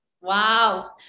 Wow